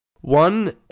one